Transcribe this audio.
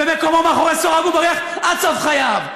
ומקומו מאחורי סורג ובריח עד סוף חייו,